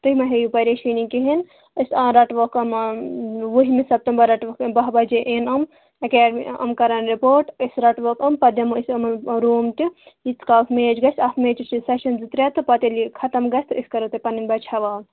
تُہۍ ما ہیٚیِو پریشٲنِی کہیٖنۍ أسۍ رٹوکھ یِم إں وُہِمہِ سیپٹمبر رٹوٚکھ یِم بَہہ بَجے اِن یِم یِم کَرن رِپوٹ أسۍ رٹوکھ یِم پتہٕ دِمو أسۍ یِمن روٗم تہِ یٖتِس کالس میچ گژھِ اتھ میچس چھِ سیشن زٕ ترےٚ تہٕ پتہٕ ییٚلہِ یہِ ختم گژھِ أسۍ کرو تۄہہِ پنٕنۍ بچہِ حوَال